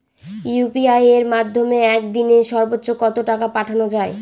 UPI এর মাধ্যমে এক দিনে সর্বচ্চ কত টাকা পাঠানো যায়?